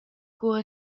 cura